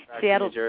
Seattle